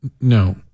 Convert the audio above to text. No